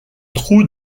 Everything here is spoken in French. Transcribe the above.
trou